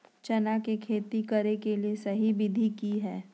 चना के खेती करे के सही विधि की हय?